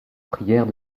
prière